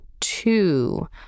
two